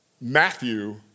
Matthew